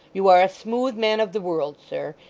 you are a smooth man of the world, sir,